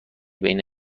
بین